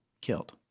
killed